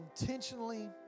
intentionally